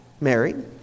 married